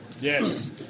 Yes